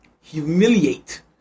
humiliate